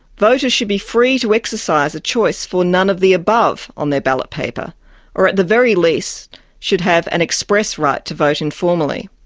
voters should be free to exercise a choice for none of the above on their ballot, or at the very least should have an express right to vote informally.